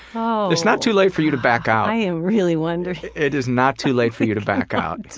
oh, god. it's not too late for you to back out. i am really wondering. it is not too late for you to back out.